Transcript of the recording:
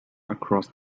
across